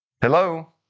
Hello